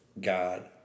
God